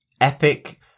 epic